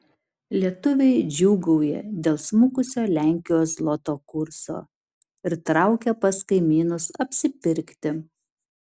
lietuviai džiūgauja dėl smukusio lenkijos zloto kurso ir traukia pas kaimynus apsipirkti